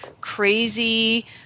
crazy